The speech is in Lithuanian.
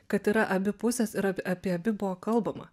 kad yra abi pusės ir apie abi buvo kalbama